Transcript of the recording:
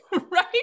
right